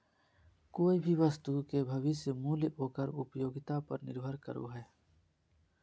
कोय भी वस्तु के भविष्य मूल्य ओकर उपयोगिता पर निर्भर करो हय